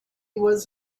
was